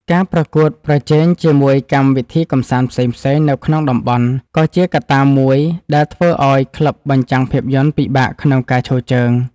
ការប្រកួតប្រជែងជាមួយកម្មវិធីកម្សាន្តផ្សេងៗនៅក្នុងតំបន់ ក៏ជាកត្តាមួយដែលធ្វើឱ្យក្លឹបបញ្ចាំងភាពយន្តពិបាកក្នុងការឈរជើង។